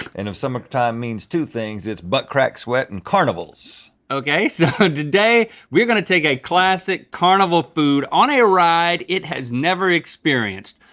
and if summertime means two things, it's butt crack sweat and carnivals. okay so today we're gonna take a classic carnival food on a ride it has never experienced.